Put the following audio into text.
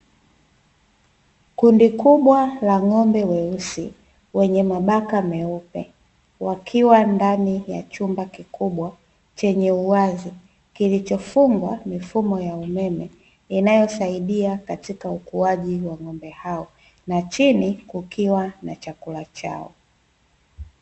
Kundi kubwa la ng'ombe weusi wenye mabaka meupe, wakiwa ndani ya chumba kikubwa chenye uwazi kilichofungwa mifumo ya umeme inayosaidia katika ukuaji wa ng'ombe hao na chini kukiwa na chakula chao.